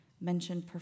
mentioned